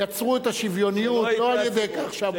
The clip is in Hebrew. יצרו את השוויוניות לא על-ידי כך שאמרו,